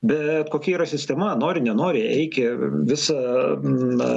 bet kokia yra sistema nori nenori eik į visą na